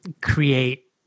create